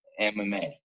MMA